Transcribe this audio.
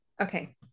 Okay